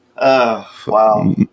Wow